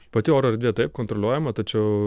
pati oro erdvė taip kontroliuojama tačiau